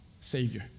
Savior